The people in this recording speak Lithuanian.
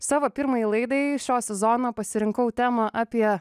savo pirmajai laidai šio sezono pasirinkau temą apie